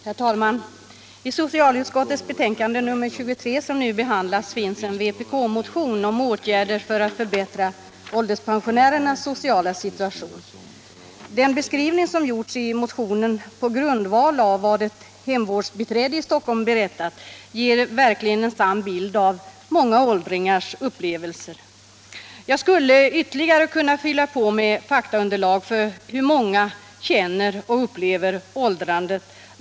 Herr talman! I socialutskottets betänkande nr 23, som nu diskuteras, behandlas en vpk-motion om åtgärder för att förbättra ålderspensionärernas sociala situation. Den beskrivning som gjorts i motionen på grundval av vad ett hemvårdsbiträde i Stockholm berättat ger verkligen en sann bild av många åldringars upplevelser. Jag skulle ytterligare kunna fylla på med fakta om hur många känner och upplever åldrandet.